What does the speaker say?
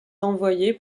envoyée